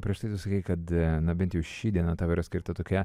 prieš tai tu sakei kad bent jau ši diena tau yra skirta tokia